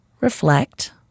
reflect